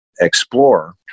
explore